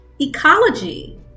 ecology